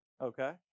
okay